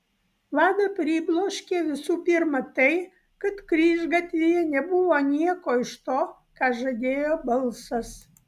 vadą pribloškė visų pirma tai kad kryžgatvyje nebuvo nieko iš to ką žadėjo balsas